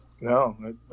No